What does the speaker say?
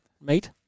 mate